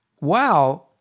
wow